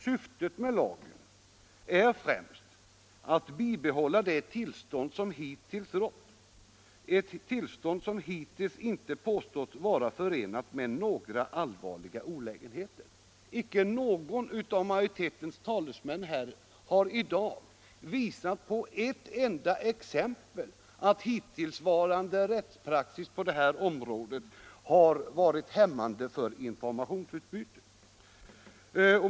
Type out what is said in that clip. Syftet med lagen är främst att bibehålla det tillstånd som hittills rått — ett tillstånd som hittills inte påståtts vara förenat med några allvarliga olägenheter. Icke någon av majoritetens talesmän här har i dag med ett enda exempel visat att hittillsvarande rättspraxis på detta område har varit hämmande för informationsutbytet.